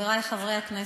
חברי חברי הכנסת,